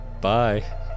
Bye